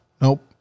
Nope